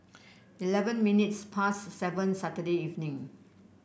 eleven minutes past seven Saturday evening